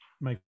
make